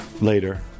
later